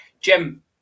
Jim